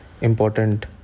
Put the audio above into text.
important